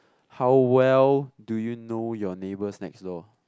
how well do you know your neighbors next door